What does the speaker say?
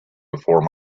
before